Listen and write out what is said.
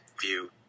view